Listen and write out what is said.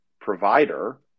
provider